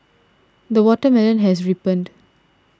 the watermelon has ripened